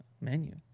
menu